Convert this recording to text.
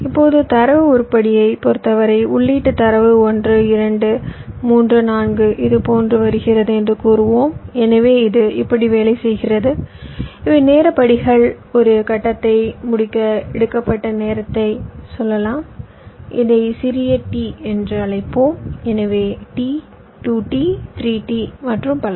இப்போது தரவு உருப்படியைப் பொறுத்தவரை உள்ளீட்டுத் தரவு ஒன்று இரண்டு மூன்று நான்கு இதுபோன்று வருகிறது என்று கூறுவோம் எனவே இது இப்படி வேலை செய்கிறது இவை நேர படிகள் ஒரு கட்டத்தை முடிக்க எடுக்கப்பட்ட நேரத்தை சொல்லலாம் இதை சிறிய t என்று அழைப்போம் எனவே t 2t 3t மற்றும் பல